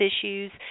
issues